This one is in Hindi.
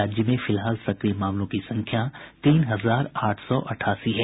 राज्य में फिलहाल सक्रिय मामलों की संख्या तीन हजार आठ सौ अठासी है